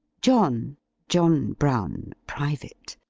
john john brown, private,